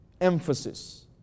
emphasis